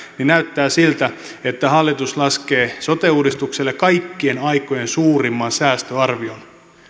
niin näyttää siltä että hallitus laskee sote uudistukselle kaikkien aikojen suurimman säästöarvion